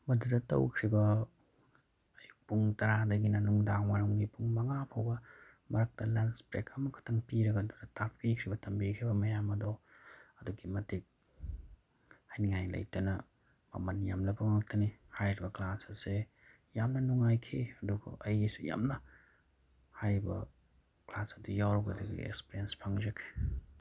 ꯃꯗꯨꯗ ꯇꯧꯈ꯭ꯔꯤꯕ ꯑꯌꯨꯛ ꯄꯨꯡ ꯇꯔꯥꯗꯒꯤꯅ ꯅꯨꯡꯗꯥꯡꯋꯥꯏꯔꯝꯒꯤ ꯄꯨꯡ ꯃꯉꯥ ꯐꯥꯎꯕ ꯃꯔꯛꯇ ꯂꯟꯁ ꯕ꯭ꯔꯦꯛ ꯑꯃꯈꯛꯇꯪ ꯄꯤꯔꯒ ꯑꯗꯨꯗ ꯇꯥꯛꯄꯤꯈꯤꯕ ꯇꯝꯕꯤꯈ꯭ꯔꯤꯕ ꯃꯌꯥꯝ ꯑꯗꯣ ꯑꯗꯨꯛꯀꯤ ꯃꯇꯤꯛ ꯍꯥꯏꯅꯤꯉꯥꯏ ꯂꯩꯇꯅ ꯃꯃꯟ ꯌꯥꯝꯂꯕ ꯉꯥꯛꯇꯅꯤ ꯍꯥꯏꯔꯤꯕ ꯀ꯭ꯂꯥꯁ ꯑꯁꯦ ꯌꯥꯝꯅ ꯅꯨꯡꯉꯥꯏꯈꯤ ꯑꯗꯨꯒ ꯑꯩꯒꯤꯁꯨ ꯌꯥꯝꯅ ꯍꯥꯏꯔꯤꯕ ꯀ꯭ꯂꯥꯁ ꯑꯗꯨ ꯌꯥꯎꯔꯨꯕꯗꯒꯤ ꯑꯦꯛꯁꯄꯤꯔꯤꯌꯦꯟꯁ ꯐꯪꯖꯈꯤ